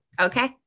Okay